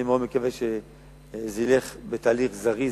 אני מאוד מקווה שזה ילך בתהליך זריז